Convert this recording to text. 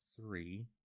three